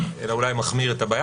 אלא מחמיר את הבעיה,